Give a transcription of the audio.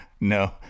No